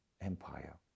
empire